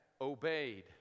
obeyed